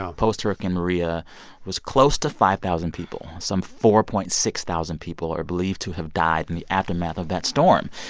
um post-hurricane maria was close to five thousand people some four point six thousand people are believed to have died in the aftermath of that storm.